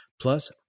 Plus